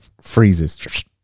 freezes